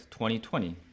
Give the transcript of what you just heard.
2020